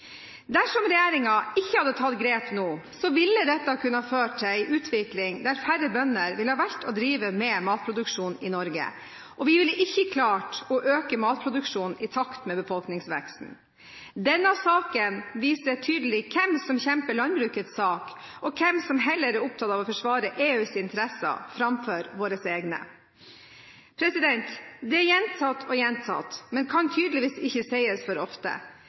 Dersom regjeringen ikke hadde tatt grep nå, ville dette kunne ført til en utvikling der færre bønder ville valgt å drive med matproduksjon i Norge, og vi ville ikke klart å øke matproduksjonen i takt med befolkningsveksten. Denne saken viser tydelig hvem som kjemper landbrukets sak, og hvem som heller er opptatt av å forsvare EUs interesser framfor våre egne. Det er gjentatt og gjentatt, men kan tydeligvis ikke sies for ofte.